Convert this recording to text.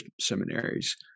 seminaries